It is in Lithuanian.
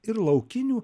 ir laukinių